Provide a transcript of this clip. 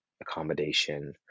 accommodation